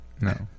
no